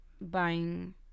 buying